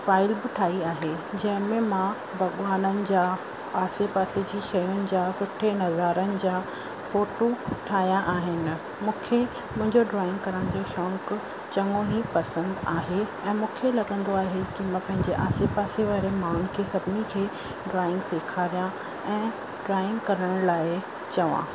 file बि ठाही आहे जंहिं में मां भॻवाननि जा आसे पासे जी शयुनि जा सुठे नज़ारनि जा फ़ोटू ठाहियां आहिनि मूंखे मुंहिंजो ड्रॉइंग करण जो शौक़ु चङो ई पसंदि आहे ऐं मूंखे लॻंदो आहे की मां पंहिंजे आसे पासे वारे माण्हुनि खे सभिनी खे ड्रॉइंग सेखारिया ऐं ड्रॉइंग करण लाइ चया